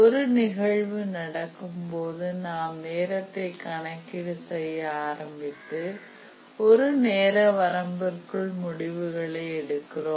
ஒரு நிகழ்வு நடக்கும்போது நாம் நேரத்தை கணக்கீடு செய்ய ஆரம்பித்து ஒரு நேர வரம்புக்குள் முடிவுகளை எடுக்கிறோம்